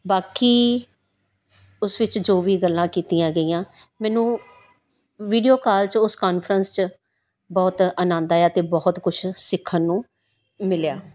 ਬਾਕੀ ਉਸ ਵਿੱਚ ਜੋ ਵੀ ਗੱਲਾਂ ਕੀਤੀਆਂ ਗਈਆਂ ਮੈਨੂੰ ਵੀਡੀਓ ਕਾਲ 'ਚ ਉਸ ਕਾਨਫਰੰਸ 'ਚ ਬਹੁਤ ਆਨੰਦ ਆਇਆ ਅਤੇ ਬਹੁਤ ਕੁਛ ਸਿੱਖਣ ਨੂੰ ਮਿਲਿਆ